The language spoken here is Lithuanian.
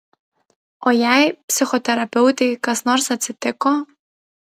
o jei psichoterapeutei kas nors atsitiko